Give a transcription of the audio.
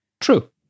true